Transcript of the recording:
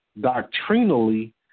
doctrinally